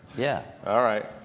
yeah. all right.